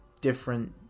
different